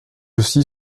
aussi